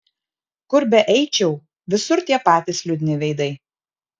kur beeičiau visur tie patys liūdni veidai